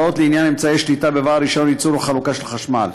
והוראות לעניין אמצעי שליטה בבעל רישיון ייצור או חלוקה של חשמל.